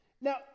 Now